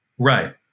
Right